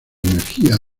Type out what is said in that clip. energía